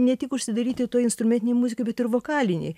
ne tik užsidaryti toj instrumentinėj muzikoj bet ir vokalinėj